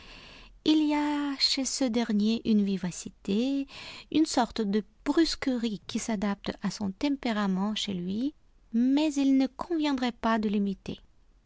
il y a chez ce dernier une vivacité une sorte de brusquerie qui s'adaptent à son tempérament chez lui mais il ne conviendrait pas de l'imiter